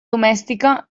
domèstica